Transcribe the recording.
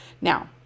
Now